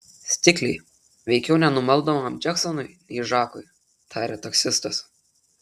stikliai veikiau nenumaldomam džeksonui nei žakui tarė taksistas